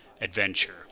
adventure